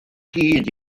gyd